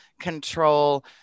control